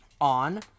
on